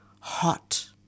hot